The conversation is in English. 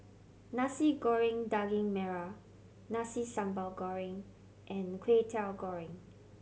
Nasi Goreng Daging Merah Nasi Sambal Goreng and Kway Teow Goreng